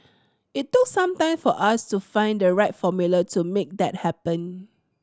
it took some time for us to find the right formula to make that happen